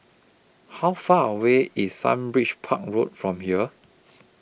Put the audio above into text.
How Far away IS Sunbridge Park Road from here